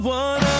one